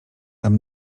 tam